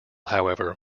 however